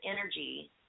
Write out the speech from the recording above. energy